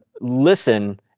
listen